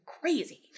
crazy